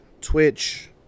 twitch